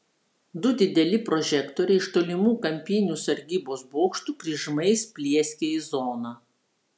du dideli prožektoriai iš tolimų kampinių sargybos bokštų kryžmais plieskė į zoną